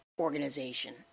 organization